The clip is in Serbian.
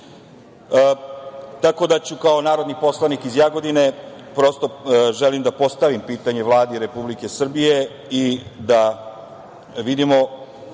da ću kao narodni poslanik iz Jagodine, prosto, želim da postavim pitanje Vladi Republike Srbije i da vidimo